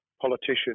politician